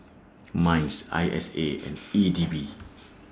Minds I S A and E D B